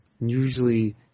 usually